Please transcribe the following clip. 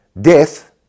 death